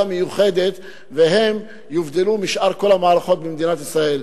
מיוחדת ושהיא תובדל משאר המערכות במדינת ישראל.